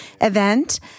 event